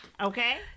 Okay